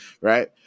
right